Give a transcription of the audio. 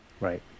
Right